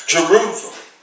Jerusalem